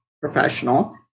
professional